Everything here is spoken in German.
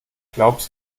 glaubst